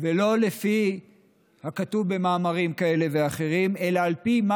ולא לפי הכתוב במאמרים כאלה ואחרים אלא על פי מה